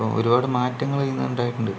അപ്പോൾ ഒരുപാട് മാറ്റങ്ങള് ഇന്നുണ്ടായിട്ടുണ്ട്